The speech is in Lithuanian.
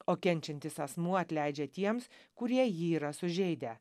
o kenčiantis asmuo atleidžia tiems kurie jį yra sužeidę